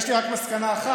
יש לי רק מסקנה אחת,